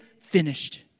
finished